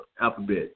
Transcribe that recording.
alphabet